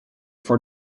for